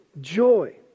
joy